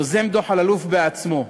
יוזם דוח אלאלוף בעצמו,